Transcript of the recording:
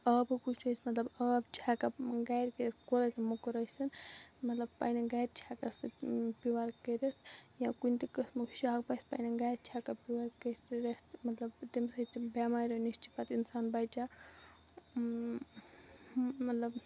آبُک ہُہ چھِ اَسہِ مطلب آب چھِ ہٮ۪کان گَرِ موٚکُر ٲسِنۍ مطلب پَنٛنہِ گَرِ چھِ ہٮ۪کان سُہ پیوٗر کٔرِتھ یا کُنہِ تہِ قٕسمُک شَک باسہِ پنٛنہِ گَرِ چھِ ہٮ۪کان مطلب تٔمۍ سۭتۍ تِم بٮ۪ماریو نِش چھِ پَتہٕ اِنسان بچان مطلب